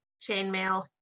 chainmail